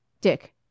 Dick